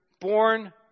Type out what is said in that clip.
born